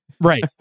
right